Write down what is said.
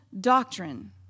doctrine